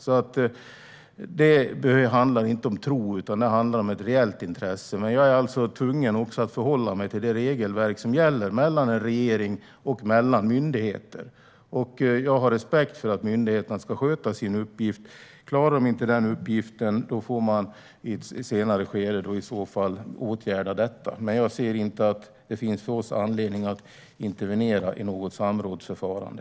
Detta handlar alltså inte om tro utan om ett reellt intresse. Men jag är också tvungen att förhålla mig till det regelverk som gäller mellan regeringen och myndigheterna. Jag har respekt för att myndigheterna ska sköta sin uppgift. Klarar de inte det får man i ett senare skede åtgärda detta. Men jag ser inte att det finns anledning för oss att intervenera i något samrådsförfarande.